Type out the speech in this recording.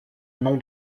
non